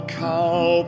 cow